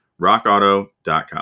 RockAuto.com